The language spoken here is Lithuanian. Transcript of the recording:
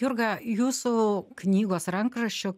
jurga jūsų knygos rankraščio